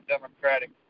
Democratic